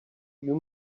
you